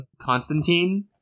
Constantine